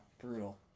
brutal